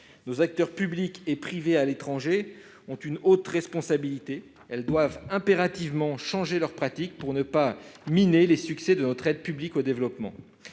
Les acteurs publics et privés à l'étranger ont une haute responsabilité ; ils doivent impérativement changer leurs pratiques, pour ne pas miner les succès de notre aide publique au développement.